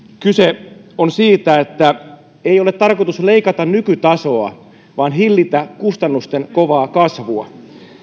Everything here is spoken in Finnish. kyse on siitä että ei ole tarkoitus leikata nykytasoa vaan hillitä kustannusten kovaa kasvua